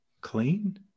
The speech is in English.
Clean